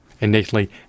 innately